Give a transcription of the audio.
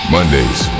Mondays